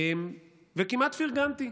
וכמעט פרגנתי.